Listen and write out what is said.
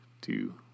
two